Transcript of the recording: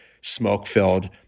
smoke-filled